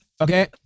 Okay